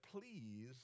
please